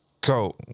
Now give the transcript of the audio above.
go